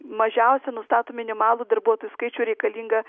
mažiausia nustato minimalų darbuotojų skaičių reikalingą